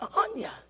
Anya